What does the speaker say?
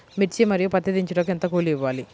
మిర్చి మరియు పత్తి దించుటకు ఎంత కూలి ఇవ్వాలి?